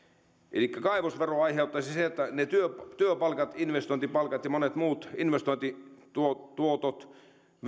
elikkä kaivosvero aiheuttaisi sen että työpalkat investointipalkat ja monet muut investointituotot